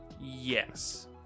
Yes